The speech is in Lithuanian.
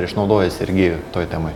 ar išnaudojai sergejų toj temoj